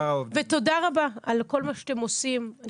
ותודה רבה על כל מה שאתם עושים.